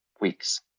weeks